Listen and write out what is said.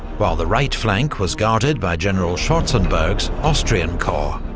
while the right flank was guarded by general schwarzenberg's austrian corps.